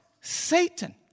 Satan